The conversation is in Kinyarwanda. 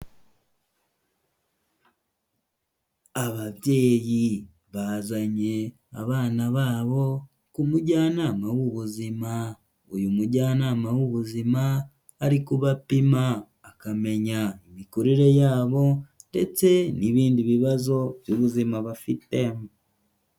Ababyeyi bazanye abana babo ku mujyanama w'ubuzima, uyu mujyanama w'ubuzima, ari kubapima akamenya imikurire yabo ndetse n'ibindi bibazo by'ubuzima bafite.